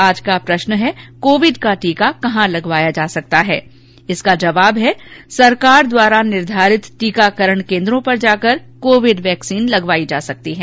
आज का प्रश्न है कोविड का टीका कहां लगवाया जा सकता है इसका जवाब है सरकार द्वारा निर्धारित केन्द्रों पर जाकर कोविड वैक्सिन लगवायी जा सकती है